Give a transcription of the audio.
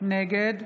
נגד